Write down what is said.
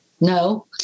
No